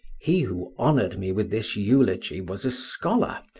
he who honoured me with this eulogy was a scholar,